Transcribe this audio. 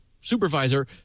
supervisor